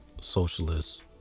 Socialists